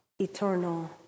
eternal